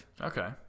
Okay